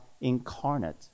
incarnate